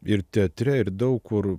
ir teatre ir daug kur